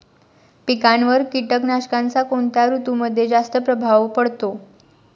पिकांवर कीटकनाशकांचा कोणत्या ऋतूमध्ये जास्त प्रभाव पडतो?